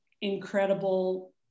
incredible